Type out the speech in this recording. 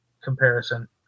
comparison